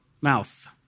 mouth